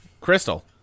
Crystal